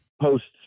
posts